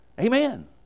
Amen